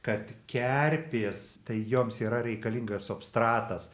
kad kerpės tai joms yra reikalingas substratas